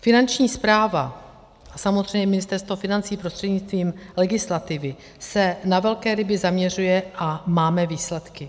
Finanční správa a samozřejmě Ministerstvo financí prostřednictvím legislativy se na velké ryby zaměřuje a máme výsledky.